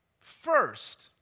first